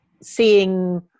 seeing